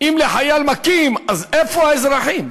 אם את החייל מכים, אז איפה האזרחים?